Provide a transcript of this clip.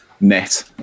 net